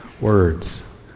words